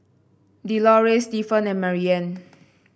Delores Stefan and Marianne